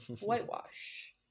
whitewash